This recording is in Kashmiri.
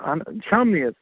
شامنٕے حظ